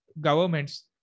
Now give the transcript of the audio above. governments